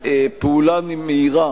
פעולה מהירה